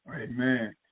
Amen